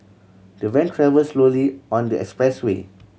the van travel slowly on the expressway